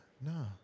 No